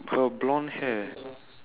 her blonde hair